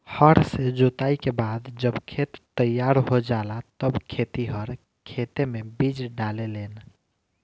हर से जोताई के बाद जब खेत तईयार हो जाला तब खेतिहर खेते मे बीज डाले लेन